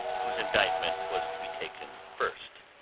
whose indictment was to be taken first.